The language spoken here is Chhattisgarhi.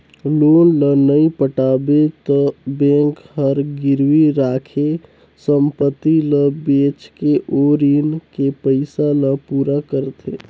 लोन ल नइ पटाबे त बेंक हर गिरवी राखे संपति ल बेचके ओ रीन के पइसा ल पूरा करथे